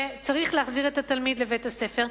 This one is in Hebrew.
וצריך להחזיר את התלמיד לבית-הספר,